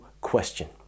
question